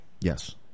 Yes